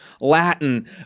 Latin